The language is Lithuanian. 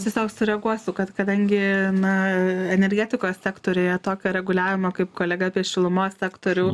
tiesiog sureaguosiu kad kadangi na energetikos sektoriuje tokio reguliavimo kaip kolega apie šilumos sektorių